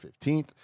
15th